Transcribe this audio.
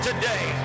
today